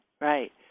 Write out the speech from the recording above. right